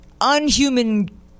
unhuman